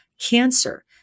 cancer